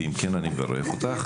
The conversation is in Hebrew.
ואם כן אני מברך אותך.